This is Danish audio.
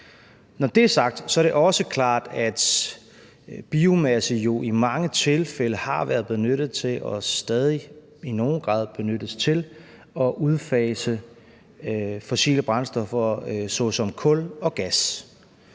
Når det er sagt, er det også klart, at biomasse jo i mange tilfælde har været benyttet og stadig i nogen grad benyttes til at udfase fossile brændstoffer såsom kul og gas,